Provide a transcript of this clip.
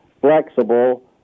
flexible